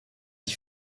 die